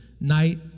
night